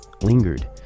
lingered